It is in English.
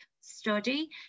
study